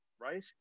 right